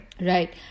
Right